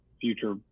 future